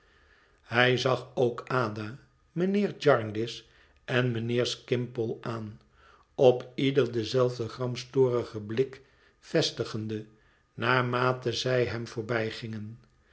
hij zag ook ada mijnheer jarndyce en mijnheer skimpole aan op ieder denzelfden gramstorigen blik vestigende naarmate zij hem